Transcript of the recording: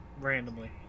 randomly